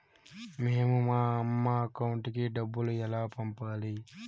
మేము మా అమ్మ అకౌంట్ కి డబ్బులు ఎలా పంపాలి